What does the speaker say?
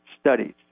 studies